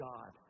God